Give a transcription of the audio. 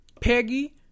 Peggy